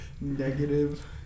Negative